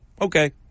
Okay